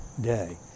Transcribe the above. day